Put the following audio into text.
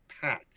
pat